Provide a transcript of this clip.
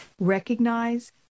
recognize